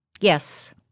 Yes